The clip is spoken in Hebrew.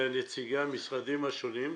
לנציגי המשרדים השונים,